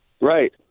Right